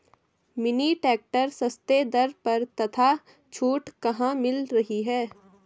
Mini tractor सस्ते दर पर तथा छूट कहाँ मिल रही है?